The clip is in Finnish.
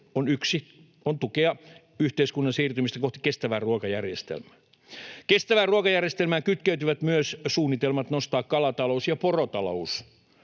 on tukea yhteiskunnan siirtymistä kohti kestävää ruokajärjestelmää. Kestävään ruokajärjestelmään kytkeytyvät myös suunnitelmat nostaa kalatalous ja porotalous